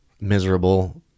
miserable